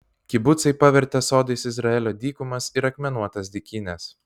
kibucai pavertė sodais izraelio dykumas ir akmenuotas dykynes